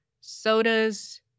sodas